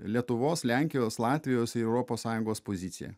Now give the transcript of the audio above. lietuvos lenkijos latvijos ir europos sąjungos poziciją